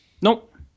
Nope